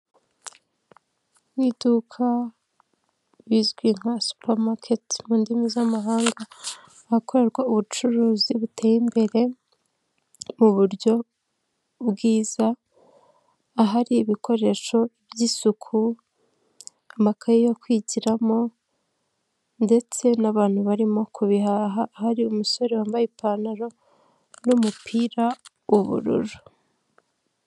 Ni iduka rizwi nka supamaketi mu ndimi z'amahanga. Ahakorerwa ubucuruzi buteye imbere mu buryo bwiza, ahari ibikoresho by'isuku, amakaye yo kwigiramo ndetse n'abantu barimo kubihaha. Hari umusore wambaye ipantaro n'umupira ubururu.